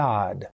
God